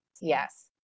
Yes